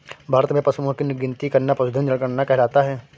भारत में पशुओं की गिनती करना पशुधन जनगणना कहलाता है